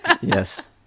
Yes